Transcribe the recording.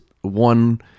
one